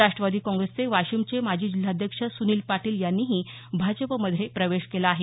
राष्ट्रवादी काँग्रेसचे वाशिमचे माजी जिल्हाध्यक्ष सुनील पाटील यांनीही भाजपमध्ये प्रवेश केला आहे